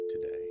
today